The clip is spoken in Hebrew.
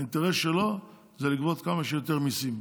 האינטרס שלו הוא לגבות כמה שיותר מיסים.